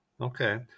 Okay